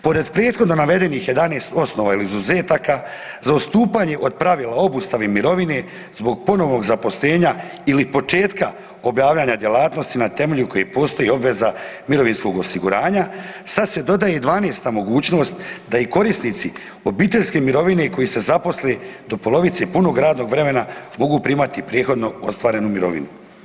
Pored prethodno navedenih 11 osnova ili izuzetaka za odstupanje od pravila obustave mirovine zbog ponovnog zaposlenja ili početka obavljanja djelatnosti na temelju koje postoji obveza mirovinskog osiguranja sad dodaje i 12-ta mogućnost da i korisnici obiteljske mirovine koji se zaposle do polovice punog radnog vremena mogu primati prethodno ostvarenu mirovinu.